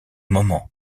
moment